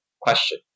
question